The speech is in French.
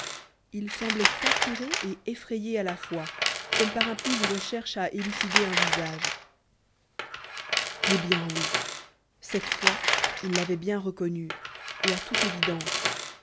il semblait attiré et effrayé à la fois comme par un puits où l'on cherche à élucider un visage eh bien oui cette fois il l'avait bien reconnue et à toute évidence